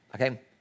Okay